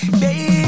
baby